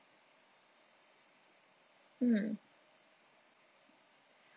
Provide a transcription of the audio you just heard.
mm